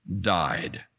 died